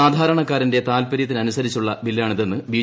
സാധാരണകാരന്റെ താല്പര്യത്തിനനുസരിച്ചുള്ള ബില്ലാണിതെന്ന് ബി